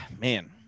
man